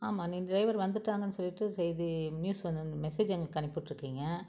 ஆமாம் நீங்கள் டிரைவர் வந்துட்டாங்கன்னு சொல்லிட்டு செய்தி நியூஸ் வந்திருந்து மெசேஜ் எங்களுக்கு அனுப்பிவிட்டுருக்கீங்க